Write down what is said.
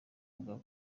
bwa